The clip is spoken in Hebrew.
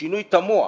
שינוי תמוה,